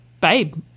babe